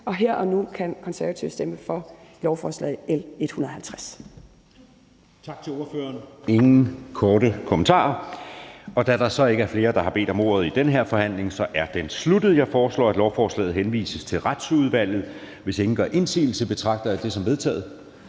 og her og nu kan Konservative stemme for lovforslag nr. L 150.